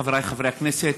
חבריי חברי הכנסת,